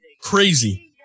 crazy